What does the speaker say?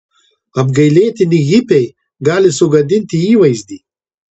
apgailėtini hipiai gali sugadinti įvaizdį